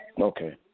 Okay